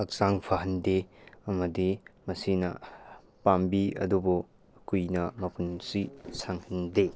ꯍꯛꯆꯥꯡ ꯐꯍꯟꯗꯦ ꯑꯃꯗꯤ ꯃꯁꯤꯅ ꯄꯥꯝꯕꯤ ꯑꯗꯨꯕꯨ ꯀꯨꯏꯅ ꯃꯄꯨꯟꯁꯤ ꯁꯥꯡꯍꯟꯗꯦ